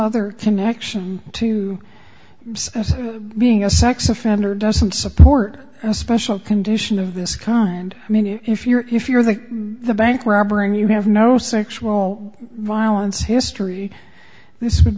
other connection to being a sex offender doesn't support a special condition of this kind i mean if you're if you're the bank robber and you have no sexual violence history this would